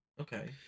Okay